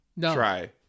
try